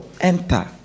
enter